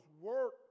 work